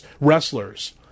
wrestlers